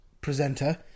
presenter